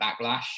Backlash